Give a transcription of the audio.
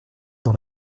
dans